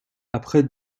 après